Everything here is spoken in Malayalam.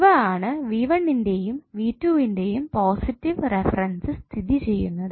ഇവിടെ ആണ് ന്റെയും ന്റെയും പോസിറ്റീവ് റഫറൻസ് സ്ഥിതി ചെയുന്നത്